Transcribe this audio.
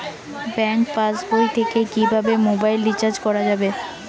Bank পাশবই থেকে কিভাবে মোবাইল রিচার্জ করা যাবে?